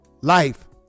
Life